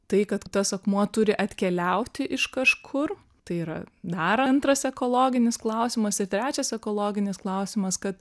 tai kad tas akmuo turi atkeliauti iš kažkur tai yra dar antras ekologinis klausimas trečias ekologinis klausimas kad